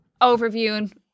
overviewing